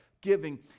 giving